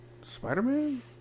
spider-man